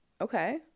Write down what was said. okay